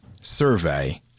survey